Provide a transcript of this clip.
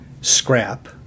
scrap